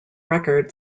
record